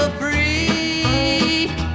free